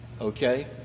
Okay